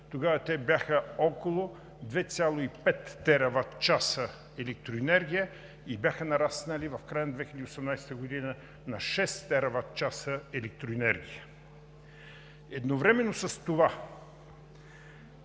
Тогава те бяха около 2,5 тераватчаса електроенергия и бяха нараснали в края на 2018 г. на 6 тераватчаса електроенергия. Едновременно с това